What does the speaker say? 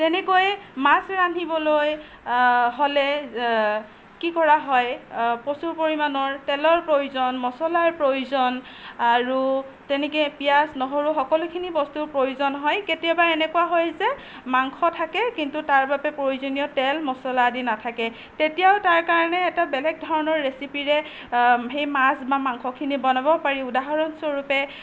তেনেকৈ মাছ ৰান্ধিবলৈ হ'লে কি কৰা হয় প্ৰচুৰ পৰিমাণৰ তেলৰ প্ৰয়োজন মচলাৰ প্ৰয়োজন আৰু তেনেকে পিঁয়াজ নহৰু সকলোখিনি বস্তুৰ প্ৰয়োজন হয় কেতিয়াবা এনেকুৱা হয় যে মাংস থাকে কিন্তু তাৰ বাবে প্ৰয়োজনীয় তেল মচলা আদি নাথাকে তেতিয়াও তাৰ কাৰণে এটা বেলেগ ধৰণৰ ৰেচিপিৰে সেই মাছ বা মাংসখিনি বনাব পাৰি উদাহৰণস্ৱৰূপে